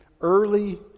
early